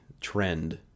trend